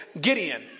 Gideon